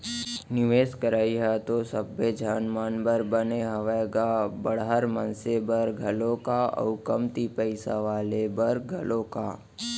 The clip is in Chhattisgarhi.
निवेस करई ह तो सबे झन मन बर बने हावय गा बड़हर मनसे बर घलोक अउ कमती पइसा वाले बर घलोक